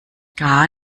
gar